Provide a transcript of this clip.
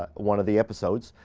but one of the episodes,